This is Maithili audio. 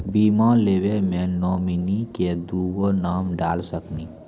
बीमा लेवे मे नॉमिनी मे दुगो नाम डाल सकनी?